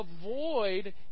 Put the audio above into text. avoid